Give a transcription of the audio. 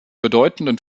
bedeutenden